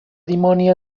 dimoni